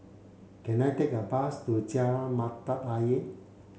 can I take a bus to Jalan Mata Ayer